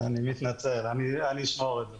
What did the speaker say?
אני מתנצל, אני אשמור את זה.